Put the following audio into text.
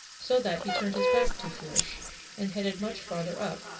so that he turned his back to fourche and headed much farther up,